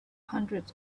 hundreds